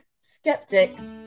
skeptics